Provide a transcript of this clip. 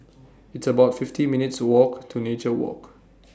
It's about fifty minutes' Walk to Nature Walk